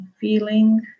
feeling